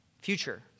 future